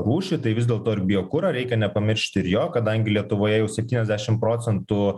rūšį tai vis dėlto ir biokurą reikia nepamiršti ir jo kadangi lietuvoje jau septyniasdešim procentų